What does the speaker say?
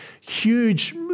huge